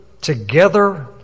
together